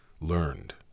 learned